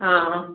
ആ ആ